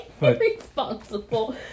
Irresponsible